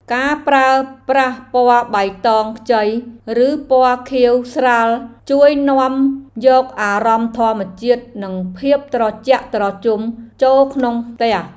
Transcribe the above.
ការប្រើប្រាស់ពណ៌បៃតងខ្ចីឬពណ៌ខៀវស្រាលជួយនាំយកអារម្មណ៍ធម្មជាតិនិងភាពត្រជាក់ត្រជុំចូលក្នុងផ្ទះ។